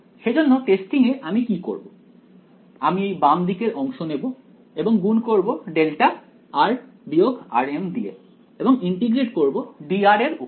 সেজন্য টেস্টিং এ আমি কি করবো আমি এই বাম দিকের অংশ নেব এবং গুণ করব δ দিয়ে এবং ইন্টিগ্রেট করব dr এর উপর